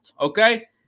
okay